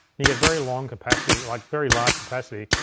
you get very long capacity, like very large capacity,